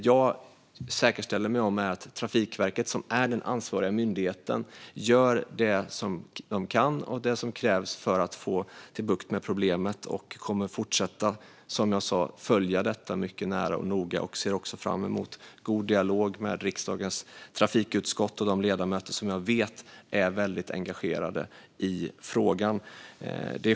Jag försäkrar mig om att Trafikverket, som är den ansvariga myndigheten, gör det de kan och det som krävs för att få bukt med problemet, och som jag sa kommer jag att fortsätta att följa detta mycket noga. Jag ser fram emot en god dialog med riksdagens trafikutskott och de ledamöter som jag vet är engagerade i frågan.